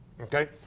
okay